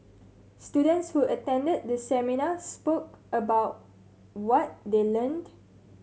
students who attended the seminar spoke about what they learned